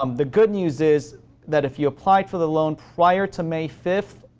um the good news is that if you applied for the loan prior to may fifth,